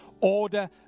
order